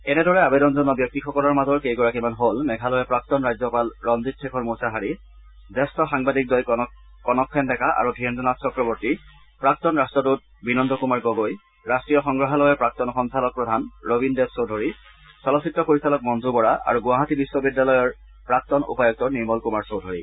এনেদৰে আৱেদন জনোৱা ব্যক্তিসকলৰ মাজৰ কেইগৰাকীমান হ'ল মেঘালয়ৰ প্ৰাক্তন ৰাজ্যপাল ৰঞ্জিত শেখৰ মূছাহাৰী জেঠ্য সাংবাদিকদ্বয় কনকসেন ডেকা আৰু ধীৰেদ্ৰনাথ চক্ৰৱৰ্তী প্ৰাক্তন ৰট্টদূত বিনন্দ কুমাৰ গগৈ ৰাষ্ট্ৰীয় সংগ্ৰহালয়ৰ প্ৰাক্তন সঞ্চালক প্ৰধান ৰবীন দেৱ চৌধুৰী চলচ্চিত্ৰ পৰিচালক মঞ্জু বৰা আৰু গুৱাহাটী বিশ্ববিদ্যালয়ৰ প্ৰাক্তন উপাযুক্ত নিৰ্মল কুমাৰ চৌধুৰী